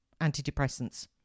antidepressants